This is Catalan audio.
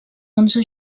onze